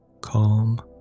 Calm